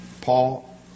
Paul